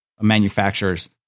manufacturers